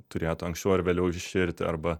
turėtų anksčiau ar vėliau iširti arba